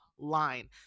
Line